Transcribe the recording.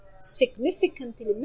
significantly